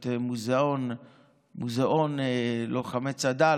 את מוזיאון לוחמי צד"ל,